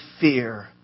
fear